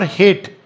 hate